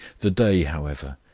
the day, however,